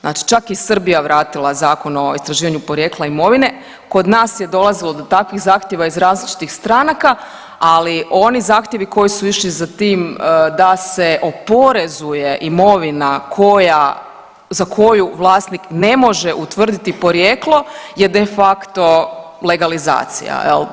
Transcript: Znači čak je i Srbija vratila Zakon o istraživanju porijekla imovine, kod nas je dolazilo do takvih zahtjeva iz različitih stranaka, ali oni zahtjevi koji su išli za tim da se oporezuje imovina koja, za koju vlasnik ne može utvrditi porijeklo je de facto legalizacija jel.